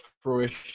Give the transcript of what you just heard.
fruition